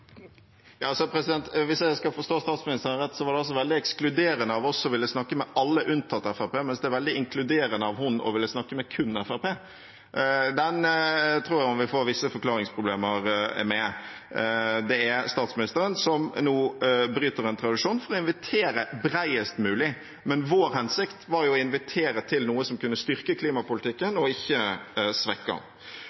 Hvis jeg forstår statsministeren rett, var det altså veldig ekskluderende av oss å ville snakke med alle unntatt Fremskrittspartiet, mens det er veldig inkluderende av henne å ville snakke med kun Fremskrittspartiet. Det tror jeg hun vil få visse forklaringsproblemer med. Det er statsministeren som nå bryter en tradisjon for å invitere bredest mulig. Vår hensikt var å invitere til noe som kunne styrke klimapolitikken